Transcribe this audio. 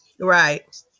Right